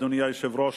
אדוני היושב-ראש,